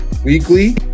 weekly